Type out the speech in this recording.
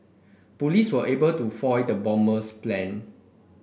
police were able to foil the bomber's plan